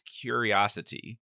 curiosity